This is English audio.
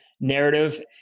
narrative